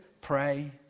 pray